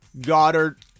Goddard